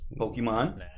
Pokemon